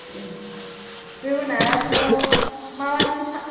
जोगोनाराथ' माबा